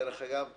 דרך אגב?